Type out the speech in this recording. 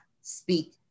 speak